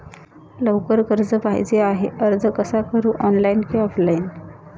लवकर कर्ज पाहिजे आहे अर्ज कसा करु ऑनलाइन कि ऑफलाइन?